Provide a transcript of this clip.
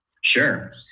Sure